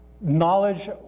knowledge